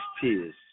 tears